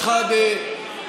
חבר הכנסת שחאדה,